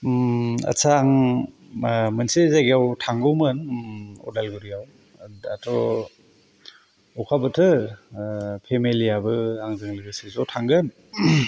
आच्चा आं मोनसे जायगायाव थांगौमोन उदालगुरिआव दाथ' अखा बोथोर फेमिलियाबो आंजों लोगोसे ज' थांगोन